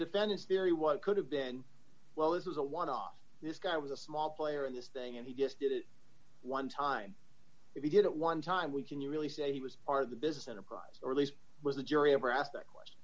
defense theory what could have been well this is a one off this guy was a small player in this thing and he just did it one time we did it one time we can you really say he was part of the business enterprise or at least was the jury of were asked that question